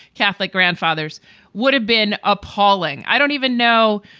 catholic grandfathers would have been appalling. i don't even know.